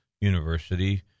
University